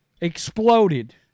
exploded